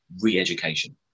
re-education